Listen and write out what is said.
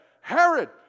Herod